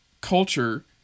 culture